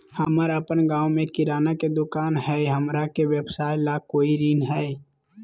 हमर अपन गांव में किराना के दुकान हई, हमरा के व्यवसाय ला कोई ऋण हई?